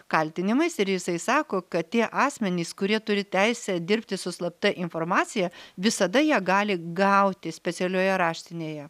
kaltinimais ir jisai sako kad tie asmenys kurie turi teisę dirbti su slapta informacija visada ją gali gauti specialioje raštinėje